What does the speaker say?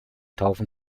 taufen